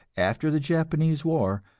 after the japanese war,